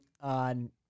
on